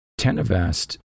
Tenevast